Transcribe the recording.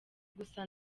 gusa